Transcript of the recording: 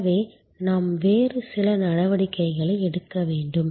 எனவே நாம் வேறு சில நடவடிக்கைகளை எடுக்க வேண்டும்